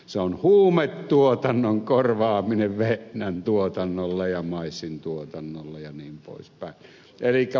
se on huumetuotannon korvaaminen vehnän tuotannolla maissin tuotannolla jnp